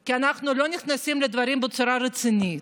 כי אנחנו לא נכנסים לדברים בצורה רצינית,